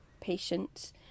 patients